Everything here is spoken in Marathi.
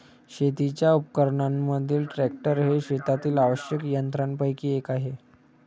शेतीच्या उपकरणांमधील ट्रॅक्टर हे शेतातील आवश्यक यंत्रांपैकी एक आहे